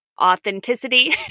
authenticity